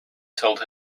told